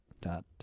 Dot